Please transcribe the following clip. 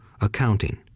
accounting